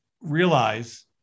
realize